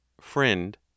Friend